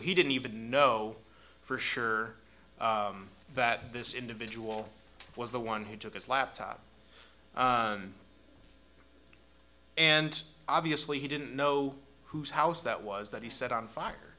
he didn't even know for sure that this individual was the one who took his laptop and and obviously he didn't know whose house that was that he set on fire